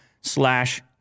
slash